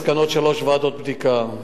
מסקנות שלוש ועדות בדיקה: